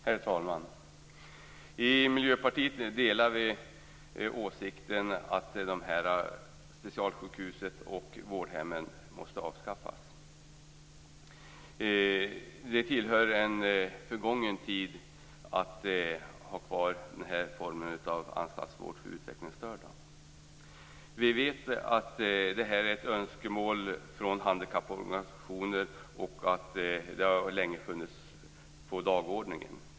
Herr talman! I Miljöpartiet delar vi åsikten att de här specialsjukhusen och vårdhemmen måste avskaffas. Det tillhör en förgången tid att ha kvar den här formen av anstaltsvård för utvecklingsstörda. Vi vet att det här är ett önskemål från handikapporganisationer och att det länge har funnits på dagordningen.